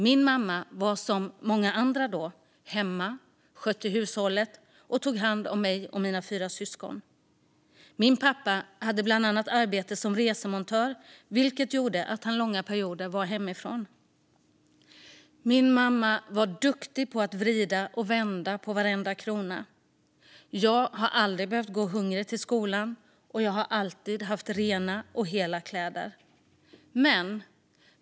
Min mamma var som många andra då hemma och skötte hushållet och tog hand om mig och mina fyra syskon. Min pappa hade bland annat arbete som resemontör, vilket gjorde att han långa perioder var hemifrån. Min mamma var duktig på att vrida och vända på varenda krona. Jag har aldrig behövt gå hungrig till skolan och har alltid haft rena och hela kläder.